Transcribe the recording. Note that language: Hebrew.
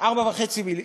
4.5 מיליארד.